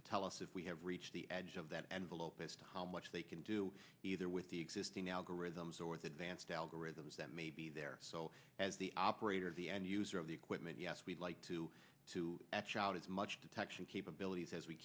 to tell us if we have reached the edge of that envelope as to how much they can do either with the existing algorithms or the advanced algorithms that may be there so as the operator of the end user of the equipment yes we'd like to to as much detection capabilities as we